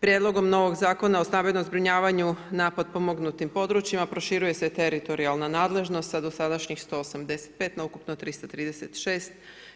Prijedlogom novog Zakona o stambenom zbrinjavanju na potpomognutim područjima proširuje se teritorijalna nadležnost sa dosadašnjih 185 na ukupno 336